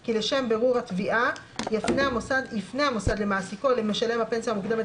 כי לשם בירור התביעה יפנה המוסד למעסיקו או למשלם הפנסיה המוקדמת,